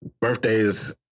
birthdays